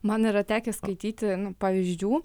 man yra tekę skaityti pavyzdžių